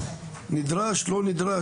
נדרש או נדרש?